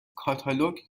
کاتالوگ